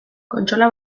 kontsola